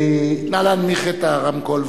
זה, נא להנמיך את הרמקול.